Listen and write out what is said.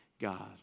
God